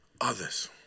others